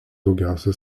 daugiausia